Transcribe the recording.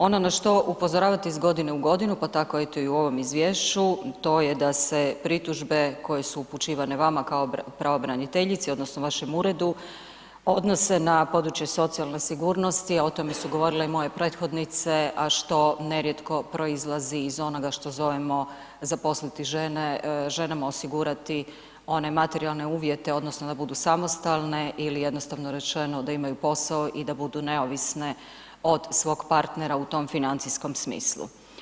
Ono na što upozoravate iz godine u godinu, pa tako eto i u ovom izvješću, to je da se pritužbe koje su upućivane vama kao pravobraniteljici odnosno vašem uredu odnose na područje socijalne sigurnosti, a o tome su govorile i moje prethodnice, a što nerijetko proizlazi iz onoga što zovemo zaposliti žene, ženama osigurati one materijalne uvjete odnosno da budu samostalne ili jednostavno rečeno da imaju posao i da budu neovisne od svog partnera u tom financijskom smislu.